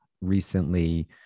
recently